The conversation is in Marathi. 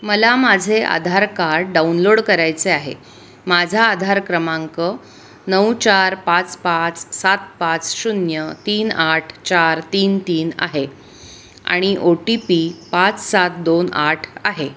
मला माझे आधार कार्ड डाउनलोड करायचे आहे माझा आधार क्रमांक नऊ चार पाच पाच सात पाच शून्य तीन आठ चार तीन तीन आहे आणि ओ टी पी पाच सात दोन आठ आहे